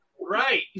Right